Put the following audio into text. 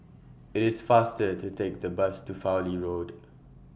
IT IS faster to Take The Bus to Fowlie Road